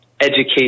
education